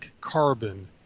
carbon